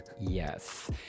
yes